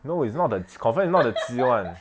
no it's not the it's confirmed not the 鸡 [one]